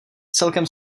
celkem